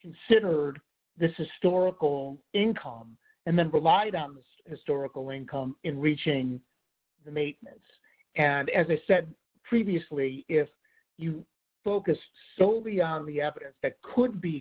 considered this is storable income and then relied on the historical income in reaching the maintenance and as i said previously if you focused solely on the evidence that could be